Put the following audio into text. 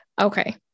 okay